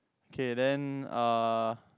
okay then uh